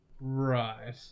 Right